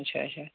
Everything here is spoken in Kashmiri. اچھا اچھا